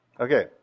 Okay